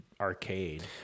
arcade